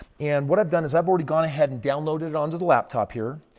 and what i've done is i've already gone ahead and downloaded it onto the laptop here.